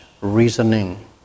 reasoning